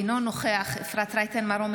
אינו נוכח אפרת רייטן מרום,